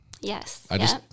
Yes